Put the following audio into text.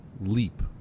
leap